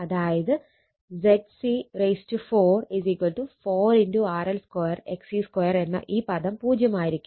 അതായത് ZC4 4 RL2 XC2 എന്ന ഈ പദം പൂജ്യമായിരിക്കും